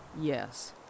Yes